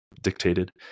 dictated